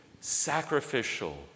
sacrificial